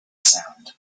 sound